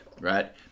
Right